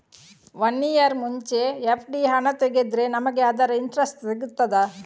One year ಮುಂಚೆ FD ಹಣ ತೆಗೆದ್ರೆ ನಮಗೆ ಅದರ ಇಂಟ್ರೆಸ್ಟ್ ಸಿಗ್ತದ?